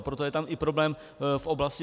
Proto je tam i problém v oblasti IT.